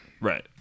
right